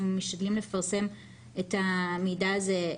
אנחנו משתדלים לפרסם את המידע הזה,